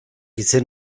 izen